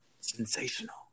sensational